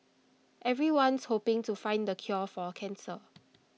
everyone's hoping to find the cure for cancer